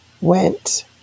went